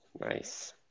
nice